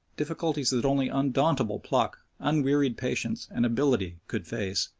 difficulties that only undauntable pluck, unwearied patience, and ability could face,